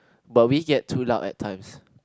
but we get too loud at times